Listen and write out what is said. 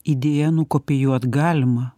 idėją nukopijuot galima